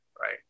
right